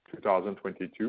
2022